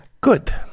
Good